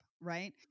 right